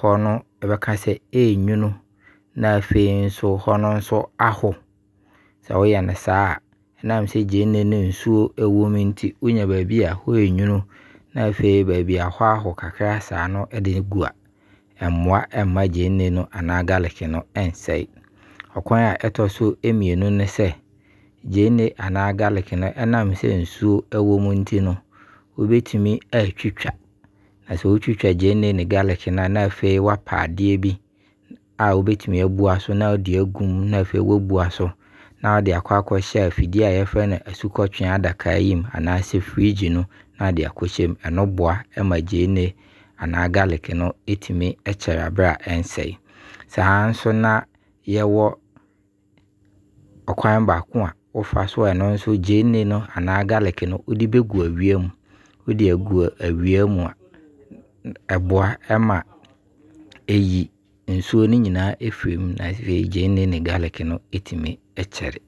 hɔ no yɛbɛka sɛ nwunu wɔ. Na afei nso, hɔ no nso aho. Wo yɛ no saa, na afei gyeene no nsuo a ɛwɔ mu no nti wo nya baabi a hɔ ɛnwunu na afei baabi a hɔ aho kakra saa no ɛde gu a, ɛmmoa mma gyeene no anaa 'garlic' no nsɛi. Ɔkwan a ɛtɔ so mmienu ne sɛ, gyeene anaa 'garlic' no, ɛnam sɛ nsuo ɛwɔ mu no nti no, wo bɛtumi atwitwa. Na sɛ wo twitwa gyeene ne 'garlic' no a, na afei wo apɛ adeɛ bi a wo bɛtumi abua so na wode agu mu. Na afei wɔabua so na wo de akɔhyɛ afidie a yɛfrɛ no asukɔtwean adakaa yi mu anaa sɛ 'fridge' no, na wo de akɔhyɛ mu. Ɛno boa ma gyeene anaa 'garlic' no ɛtumi kyɛre aberɛ a ɛnsɛi. Saa nso na yɛwɔ ɔkwan baako a wo fa so a, ɛno nso gyeene no anaa 'garlic' no wo de bɛgu awia mu. Wo de gu awia mu a, ɛboa ma ɛyi nsuo no nyinaa firi mu. Na afei gyeene ne 'garlic' no ɛtumi kyɛre.